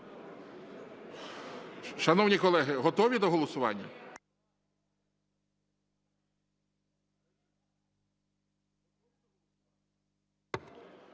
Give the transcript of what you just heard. Шановні колеги, готові до голосування?